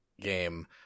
game